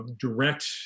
direct